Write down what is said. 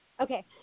Okay